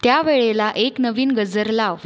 त्या वेळेला एक नवीन गजर लाव